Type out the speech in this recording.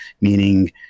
meaning